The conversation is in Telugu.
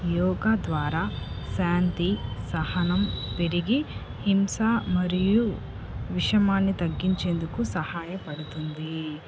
యోగా ద్వారా శాంతి సహనం పెరిగి హింస మరియు విషమాన్ని తగ్గించేందుకు సహాయపడుతుంది